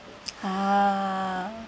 ah